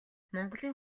монголын